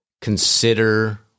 Consider